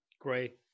Great